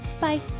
Bye